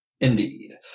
Indeed